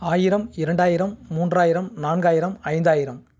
ஆயிரம் இரண்டாயிரம் மூன்றாயிரம் நான்காயிரம் ஐந்தாயிரம்